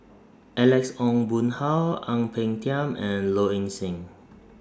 Alex Ong Boon Hau Ang Peng Tiam and Low Ing Sing